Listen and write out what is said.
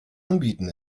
anbieten